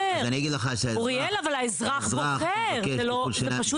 אוריאל אבל האזרח בוחר, זה פשוט לא נתפס.